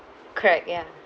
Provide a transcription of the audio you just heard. correct ya